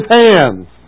hands